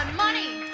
and money.